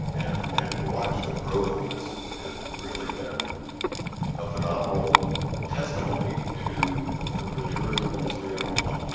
and and to watch the growth in this has really been a phenomenal testimony to the tourism industry in omaha.